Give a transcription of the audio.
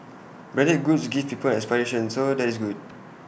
branded goods give people an aspiration so that is good